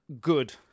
good